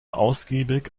ausgiebig